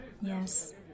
Yes